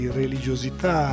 religiosità